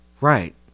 Right